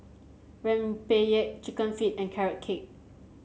rempeyek chicken feet and Carrot Cake